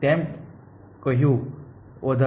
તમે કહ્યું વધારે